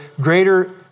greater